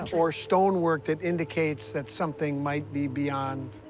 or stonework that indicates that something might be beyond.